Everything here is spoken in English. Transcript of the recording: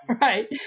Right